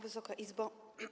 Wysoka Izbo!